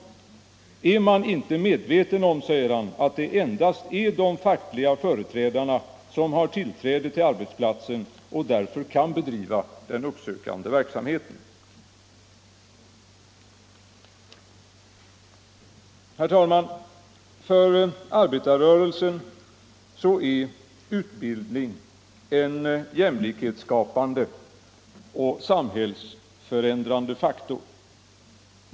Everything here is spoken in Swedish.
Är man inte medveten om, säger han, att det endast är de fackliga företrädarna som har tillträde till arbetsplatserna och därför kan bedriva den uppsökande verksamheten. Herr talman! För arbetarrörelsen är utbildning en jämlikhetsskapande och samhällsförändrande faktor.